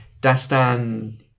Dastan